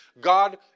God